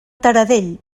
taradell